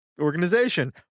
organization